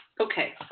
Okay